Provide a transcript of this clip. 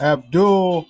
Abdul